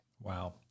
Wow